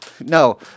no